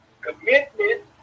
commitment